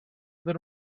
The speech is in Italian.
per